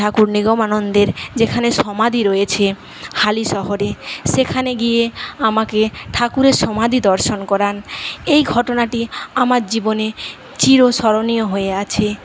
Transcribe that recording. ঠাকুর নিগমানন্দের যেখানে সমাধি রয়েছে হালিশহরে সেখানে গিয়ে আমাকে ঠাকুরের সমাধি দর্শন করান এই ঘটনাটি আমার জীবনে চিরস্মরণীয় হয়ে আছে